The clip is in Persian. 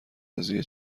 قضیه